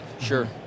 Sure